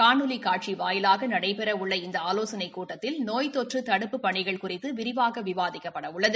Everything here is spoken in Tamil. காணொலிகாட்சிவாயிலாகநடைபெறஉள்ள இந்தஆலோசனைக் கூட்டத்தில் நோய்த்தொற்றுதடுப்புப் பணிகள் குறித்துவிரிவாகவிவாதிக்கப்படஉள்ளது